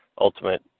ultimate